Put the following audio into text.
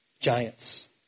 giants